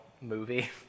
movie